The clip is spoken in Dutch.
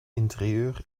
interieur